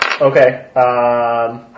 okay